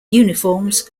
uniforms